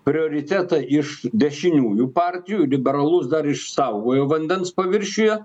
prioritetą iš dešiniųjų partijų liberalus dar išsaugojo vandens paviršiuje